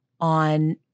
on